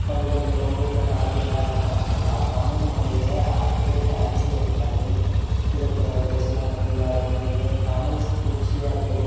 கொஞ்சம் கொஞ்சம் ஊரில் நாட்டிலலாம் என்ன பண்ணாங்கன்னால் தமிழ் மொழியை அப்படியே ட்ரான்ஸ்லேட் பண்ணி திருக்குறள் சிலப்பதிகாரம் இதுமாரி தமிழ் புக்ஸையே அப்படியே